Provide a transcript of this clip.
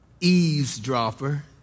eavesdropper